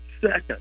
second